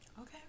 Okay